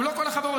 גם לא כל החברות.